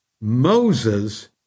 Moses